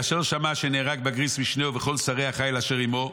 כאשר שמע אשר נהרג בגריס משנהו וכל שרי החיל אשר עימו,